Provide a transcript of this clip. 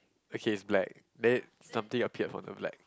okay it's black then something appeared from the black